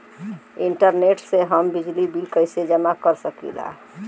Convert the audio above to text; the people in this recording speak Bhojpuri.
इंटरनेट से हम बिजली बिल कइसे जमा कर सकी ला?